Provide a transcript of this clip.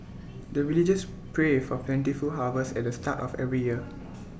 the villagers pray for plentiful harvest at the start of every year